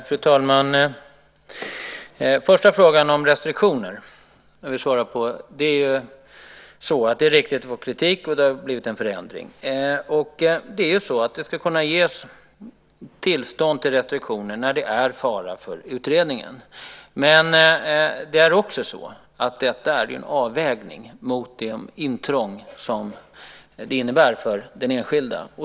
Fru talman! Den första frågan jag vill svara på är den om restriktioner. Det är riktigt att vi har fått kritik, och det har blivit en förändring. Det är ju så att det ska kunna ges tillstånd till restriktioner när det är fara för utredningen. Men detta är en avvägning i förhållande till det intrång som det innebär för den enskilde.